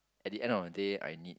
at the end of the day I need